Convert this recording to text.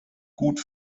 gut